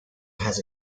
has